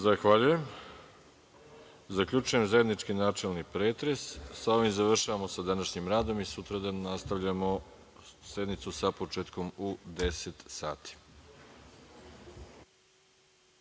Zahvaljujem. Zaključujem zajednički načelni pretres. Sa ovim završavamo sa današnjim radom. Sutra nastavljamo sednicu sa početkom u 10,00